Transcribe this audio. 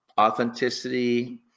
authenticity